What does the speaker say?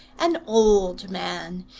an old man,